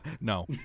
No